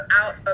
out